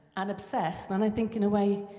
and obsessed and i think, in a way,